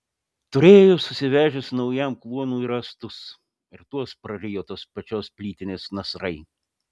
turėjo susivežęs naujam kluonui rąstus ir tuos prarijo tos pačios plytinės nasrai